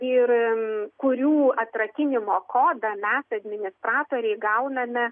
ir kurių atrakinimo kodą mes administratoriai gauname